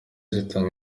zitanga